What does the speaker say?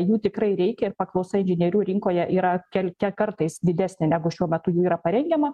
jų tikrai reikia ir paklausa inžinierių rinkoje yra kel kartais didesnė negu šiuo metu jų yra parengiama